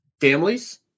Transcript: families